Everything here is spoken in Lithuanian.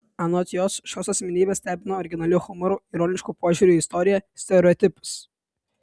anot jos šios asmenybės stebina originaliu humoru ironišku požiūriu į istoriją stereotipus